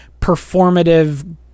performative